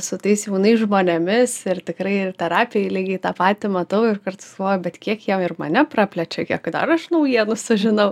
su tais jaunais žmonėmis ir tikrai ir terapijoj lygiai tą patį matau ir kartais galvoju bet kiek jie ir mane praplečia kiek dar aš naujienų sužinau